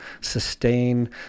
sustain